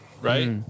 right